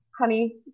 honey